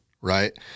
right